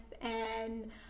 and-